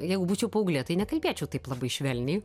jeigu būčiau paauglė tai nekalbėčiau taip labai švelniai